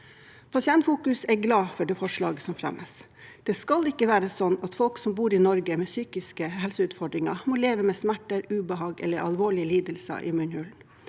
Pasientfokus er glad for dette forslaget som fremmes. Det skal ikke være sånn at folk med psykiske helseutfordringer i Norge må leve med smerter, ubehag eller alvorlige lidelser i munnhulen.